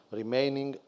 remaining